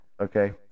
Okay